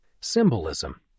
Symbolism